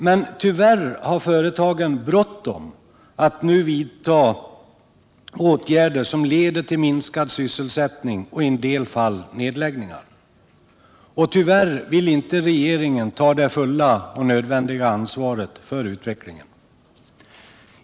Men tyvärr har företagen bråttom att nu vidta åtgärder som leder till minskad sysselsättning och i en del fall till nedläggningar, och tyvärr vill inte regeringen ta det fulla och nödvändiga ansvaret för utvecklingen.